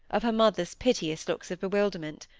of her mother's piteous looks of bewilderment.